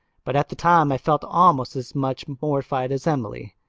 but at the time i felt almost as much mortified as emily.